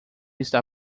estar